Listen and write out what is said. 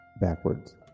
backwards